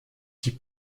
die